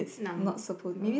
number